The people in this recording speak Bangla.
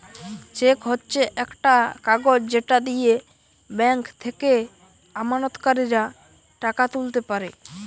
চেক হচ্ছে একটা কাগজ যেটা দিয়ে ব্যাংক থেকে আমানতকারীরা টাকা তুলতে পারে